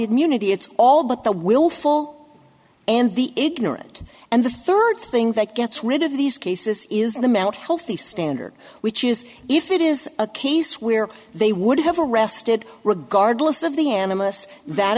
immunity it's all but the willful and the ignorant and the third thing that gets rid of these cases is the mount healthy standard which is if it is a case where they would have arrested regardless of the animus that